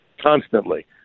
constantly